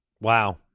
Wow